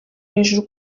hejuru